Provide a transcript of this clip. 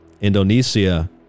Indonesia